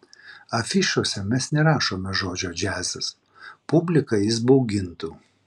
afišose mes nerašome žodžio džiazas publiką jis baugintų